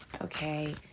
okay